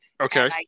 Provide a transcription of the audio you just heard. Okay